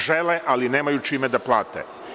Žele, ali nemaju čime da plate.